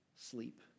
sleep